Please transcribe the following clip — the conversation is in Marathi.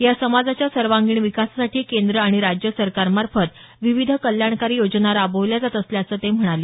या समाजाच्या सर्वांगीण विकासासाठी केंद्र आणि राज्य सरकारमार्फत विविध कल्याणकारी योजना राबविल्या जात असल्याचं ते म्हणाले